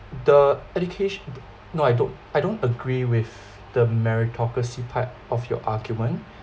the education no I don't I don't agree with the meritocracy part of your argument